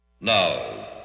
Now